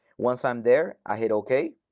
once i'm there, i hit ok.